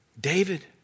David